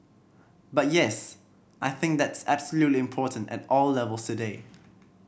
but yes I think that's absolutely important at all levels today